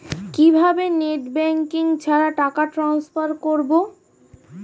কিভাবে net banking ছাড়া টাকা ট্রান্সফার করবো?